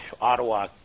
Ottawa